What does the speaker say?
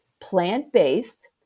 plant-based